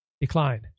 declined